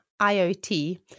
IoT